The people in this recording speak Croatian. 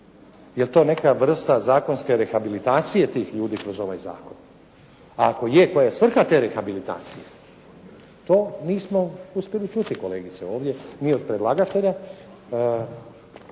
jel' to neka vrsta zakonske rehabilitacije ljudi kroz ovaj zakon. Ako je, koja je svrha te rehabilitacije? To nismo uspjeli čuti kolegice ovdje ni od predlagatelja,